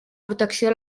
protecció